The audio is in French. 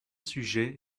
sujet